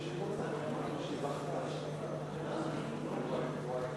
כולנו בכאב על הדמוקרטיה הישראלית.